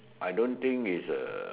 I don't think it's A